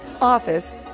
office